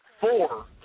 four